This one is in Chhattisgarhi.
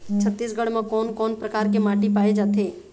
छत्तीसगढ़ म कोन कौन प्रकार के माटी पाए जाथे?